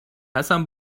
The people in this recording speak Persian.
حسن